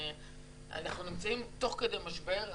אנחנו נמצאים תוך כדי משבר,